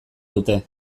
dute